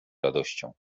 radością